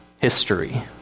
history